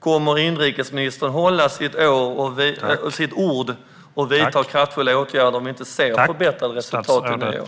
Kommer inrikesministern att hålla sitt ord och vidta kraftfulla åtgärder om vi inte ser förbättrade resultat till nyår?